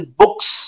books